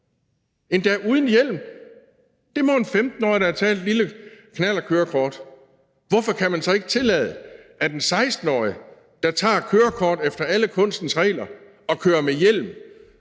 endda uden hjelm! Det må en 15-årig, der har taget et lille knallertkørekort. Hvorfor kan man så ikke tillade, at en 16-årig, der tager kørekort efter alle kunstens regler og kører med hjelm,